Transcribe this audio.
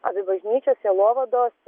abi bažnyčios sielovados